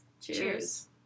Cheers